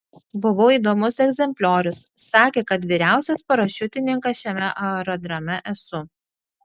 buvau įdomus egzempliorius sakė kad vyriausias parašiutininkas šiame aerodrome esu